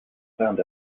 found